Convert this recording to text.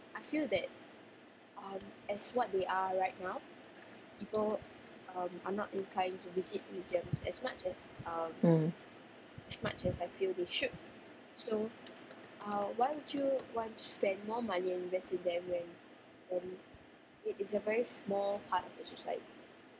mm